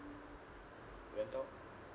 rent out